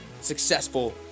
successful